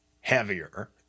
heavier